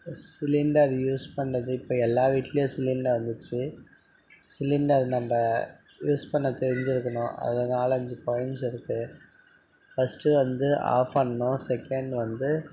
cylinder use பண்ணிணது இப்போ எல்லா வீட்டிலயும் சிலிண்டர் வந்துடுச்சு சிலிண்டர் நம்ம யூஸ் பண்ண தெரிஞ்சுருக்கணும் அதில் நாலஞ்சு பாய்ண்ட்ஸ் இருக்குது ஃபஸ்ட்டு வந்து ஆஃப் பண்ணணும் செகண்ட் வந்து